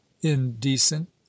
indecent